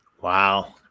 Wow